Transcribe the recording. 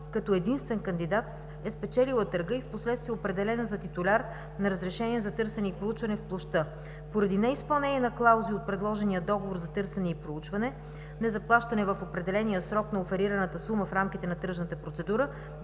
като единствен кандидат е спечелила търга и впоследствие е определена за титуляр на разрешение за търсене и проучване в площта. Поради неизпълнение на клаузи от предложения договор за търсене и проучване, незаплащане в определения срок на оферираната сума в рамките на тръжната процедура,